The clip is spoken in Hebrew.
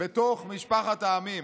בתוך משפחת העמים.